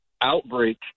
outbreak